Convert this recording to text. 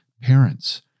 parents